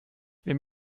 wem